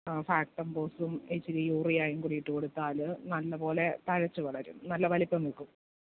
ഫാക്ടംഫോസും ഇച്ചിരി യൂറിയയും കൂടി ഇട്ടു കൊടുത്താൽ നല്ലപോലെ തഴച്ച് വളരും നല്ല വലിപ്പം വെക്കും